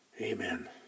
Amen